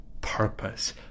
purpose